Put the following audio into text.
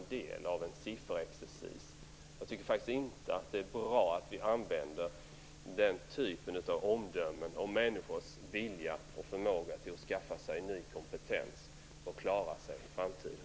Det är inte bra att vi använder den typen av omdömen om människors vilja och förmåga att skaffa sig ny kompetens för att klara sig i framtiden.